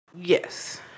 Yes